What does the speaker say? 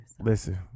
Listen